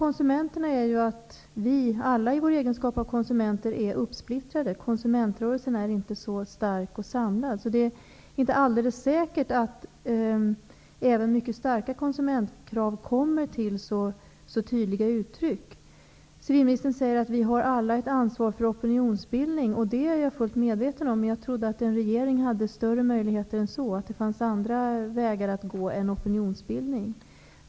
Problemet är ju att vi alla, i egenskap av konsumenter, är splittrade. Konsumentrörelsen är inte så stark och samlad. Det är alltså inte alldeles säkert att även mycket starka konsumentkrav kommer till så tydliga uttryck. Civilministern säger att vi alla har ansvar för opinionsbildning. Det är jag fullt medveten om. Jag trodde att en regering hade större möjligheter än att gå via opinionsbildning.